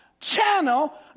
channel